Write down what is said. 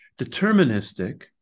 deterministic